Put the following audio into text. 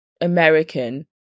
American